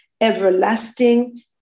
everlasting